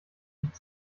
nicht